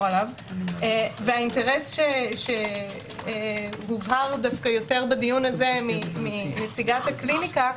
עליו והאינטרס שמובהר יותר בדיון הזה מנציגת הקליניקה,